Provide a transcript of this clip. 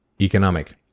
Economic